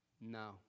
No